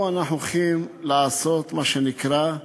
פה אנחנו הולכים לעשות, מה שנקרא,